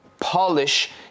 polish